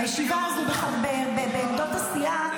הישיבה הזו בעמדות הסיעה,